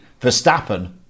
Verstappen